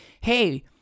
hey